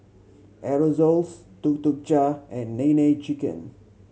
Aerosoles Tuk Tuk Cha and Nene Chicken